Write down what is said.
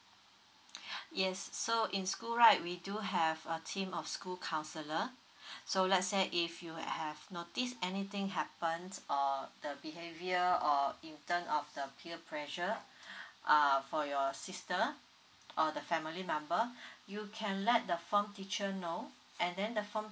yes so in school right we do have a team of school counsellor so let's say if you have notice anything happens or the behavior or in terms of the pier pressure err for your sister or the family member you can let the form teacher know and then the form